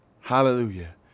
Hallelujah